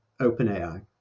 OpenAI